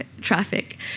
traffic